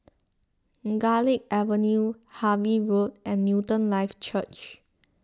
Garlick Avenue Harvey Road and Newton Life Church